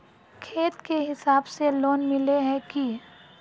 खेत के हिसाब से लोन मिले है की?